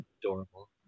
adorable